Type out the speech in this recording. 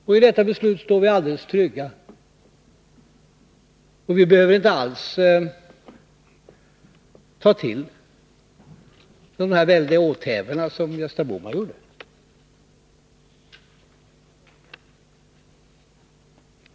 Och i detta beslut står vi alldeles trygga. Vi behöver inte alls ta till de här väldiga åthävorna, som Gösta Bohman gjorde.